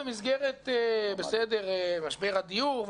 במסגרת משבר הדיור,